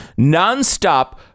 nonstop